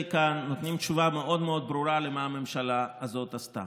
שהבאתי כאן נותנים תשובה מאוד מאוד ברורה על מה הממשלה הזאת עשתה,